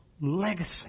legacy